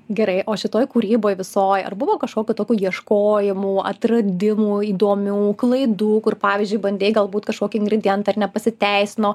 gerai o šitoj kūryboj visoj ar buvo kažkokių tokių ieškojimų atradimų įdomių klaidų kur pavyzdžiui bandei galbūt kažkokį ingridientą ir nepasiteisino